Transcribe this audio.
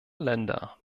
länder